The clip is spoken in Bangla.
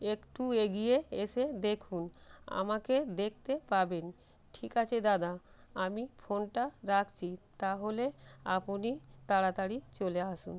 একটু এগিয়ে এসে দেখুন আমাকে দেখতে পাবেন ঠিক আছে দাদা আমি ফোনটা রাখছি তাহলে আপনি তাড়াতাড়ি চলে আসুন